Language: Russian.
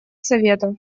совета